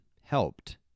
helped